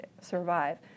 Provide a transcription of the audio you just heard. survive